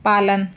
पालन